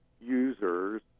users